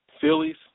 Phillies